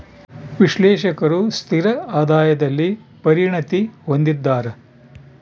ವಿಶ್ಲೇಷಕರು ಸ್ಥಿರ ಆದಾಯದಲ್ಲಿ ಪರಿಣತಿ ಹೊಂದಿದ್ದಾರ